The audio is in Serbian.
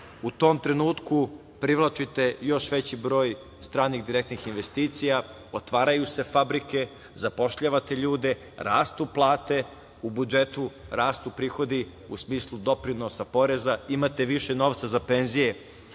U tom trenutku privlačite još veći broj stranih direktnih investicija, otvaraju se fabrike, zapošljavate ljude, rastu plate, u budžetu rastu prihodi u smislu doprinosa, poreza, imate više novca za penzije